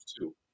two